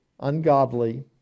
ungodly